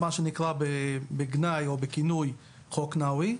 מה שנקרא בגנאי או בכינוי "חוק נאווי",